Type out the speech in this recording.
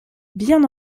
bien